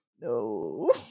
No